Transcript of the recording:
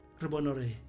Rebonore